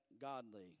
godly